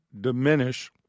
diminish